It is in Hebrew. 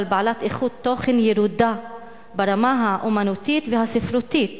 אבל בעלת איכות תוכן ירודה ברמה האמנותית והספרותית,